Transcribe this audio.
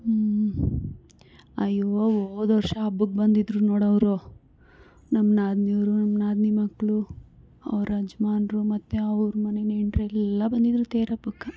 ಹ್ಞೂ ಅಯ್ಯೋ ಹೋದ ವರ್ಷ ಹಬ್ಬಕ್ಕೆ ಬಂದಿದ್ರು ನೋಡು ಅವರು ನಮ್ಮ ನಾದಿನಿಯವ್ರು ನಾದಿನಿ ಮಕ್ಕಳು ಅವ್ರ ಯಜಮಾನರು ಮತ್ತು ಅವರ ಮನೆ ನೆಂಟರೆಲ್ಲ ಬಂದಿದ್ರು ತೇರು ಹಬ್ಬಕ್ಕೆ